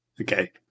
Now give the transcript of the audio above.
okay